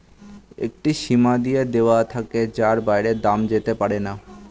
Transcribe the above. একটি সীমা দিয়ে দেওয়া থাকে যার বাইরে দাম যেতে পারেনা